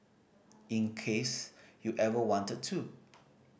in case you ever wanted to